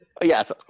yes